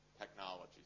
technologies –